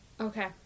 Okay